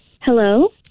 Hello